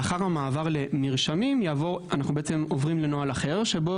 לאחר המעבר למרשמים אנחנו עוברים לנוהל אחר שבו